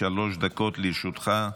שלוש דקות לרשותך,